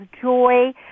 joy